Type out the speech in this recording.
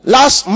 Last